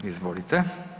Izvolite.